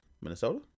Minnesota